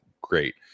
Great